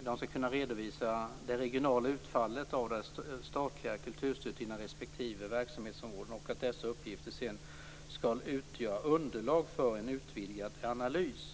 de skall kunna redovisa det regionala utfallet av det statliga kulturstödet inom respektive verksamhetsområden och att dessa uppgifter sedan skall utgöra underlag för en utvidgad analys.